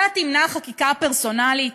אתה תמנע חקיקה פרסונלית?